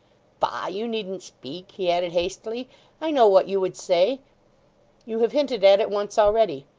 bah! you needn't speak he added hastily i know what you would say you have hinted at it once already.